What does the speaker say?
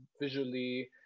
visually